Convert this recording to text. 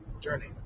Journey